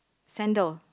sandal